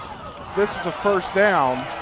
this is a first down,